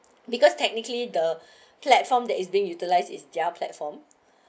because technically the platform that is being utilized is their platform